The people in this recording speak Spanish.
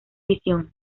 visión